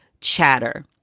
chatter